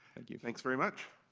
yeah thanks very much.